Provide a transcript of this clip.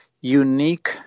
unique